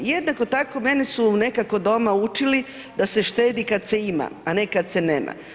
Jednako tako mene su nekako doma učili da se štedi kad se ima, a ne kad se nema.